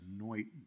anoint